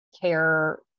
care